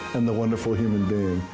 and the wonderful human being,